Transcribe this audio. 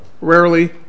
rarely